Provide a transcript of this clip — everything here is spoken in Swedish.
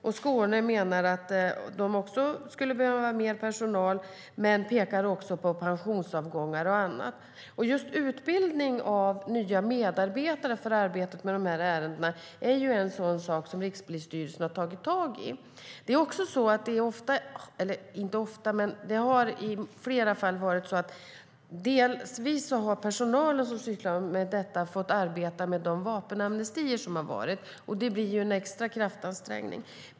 I Skåne menar man att de skulle behöva mer personal men pekar också på pensionsavgångar och annat. Just utbildning av nya medarbetare för arbetet med de här ärendena är något som Rikspolisstyrelsen har tagit tag i. I flera fall har det också varit så att den personal som sysslar med detta fått arbeta med de vapenamnestier som har varit, och det blir en extra kraftansträngning.